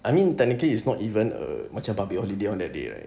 I mean technically it's not even a macam public holiday on that day right